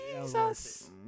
Jesus